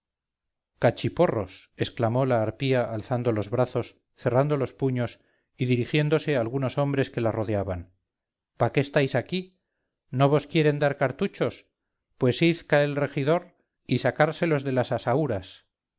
cachiporros exclamó la harpía alzando los brazos cerrando los puños y dirigiéndose a algunos hombres que la rodeaban pa qué estáis aquí no vos quieren dar cartuchos pues iz ca el regidor y sacárselos de las asaúras